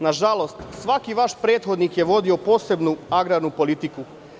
Nažalost, svaki vaš prethodnik je vodio posebnu agrarnu politiku.